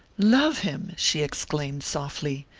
love him? she exclaimed, softly.